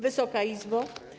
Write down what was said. Wysoka Izbo!